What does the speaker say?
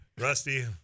Rusty